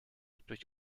durch